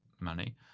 money